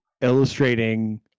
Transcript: illustrating